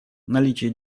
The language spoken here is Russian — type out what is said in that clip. наличие